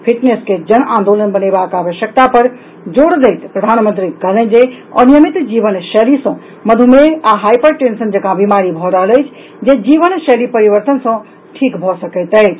fitness के जन आंदोलन बनेबाक आवश्यकता पर जोर दैत प्रधानमंत्री कहलनि जे अनियमित जीवनशैली सॅ मधुमेह आ हाइपर टेंशन जकॉ बीमारी भऽ रहल अछि जे जीवनशैली परिवर्तन सॅ ठीक भऽ सकैत अछि